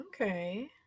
Okay